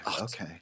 okay